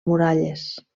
muralles